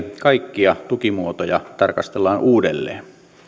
kaikkia tukimuotoja tarkastellaan uudelleen